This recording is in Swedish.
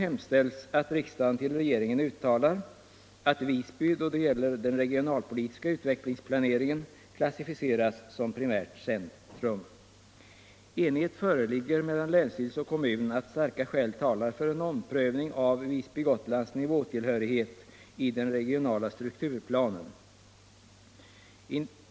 Enighet föreligger mellan länsstyrelse och kommun om att starka skäl talar för en omprövning av Visby-Gotlands nivåtillhörighet vid den regionala strukturplanen.